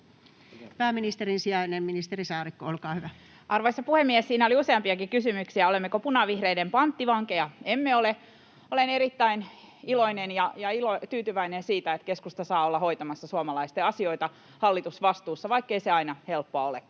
(Jani Mäkelä ps) Time: 16:03 Content: Arvoisa puhemies! Siinä oli useampiakin kysymyksiä. Olemmeko punavihreiden panttivankeja? Emme ole. Olen erittäin iloinen ja tyytyväinen siitä, että keskusta saa olla hoitamassa suomalaisten asioita hallitusvastuussa, vaikkei se aina helppoa olekaan.